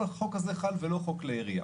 החוק הזה חל ולא חוק כלי ירייה.